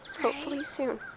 hopefully soon.